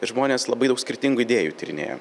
ir žmonės labai daug skirtingų idėjų tyrinėja